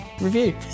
review